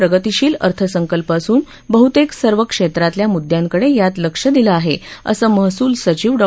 प्रगतीशील अर्थसंकल्प असून बहुतेक सर्व क्षेत्रातल्या मुद्यांकडे यात लक्ष दिलं आहे असं महसूल सचिव डॉ